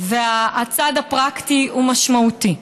והצד הפרקטי משמעותי,